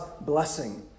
blessing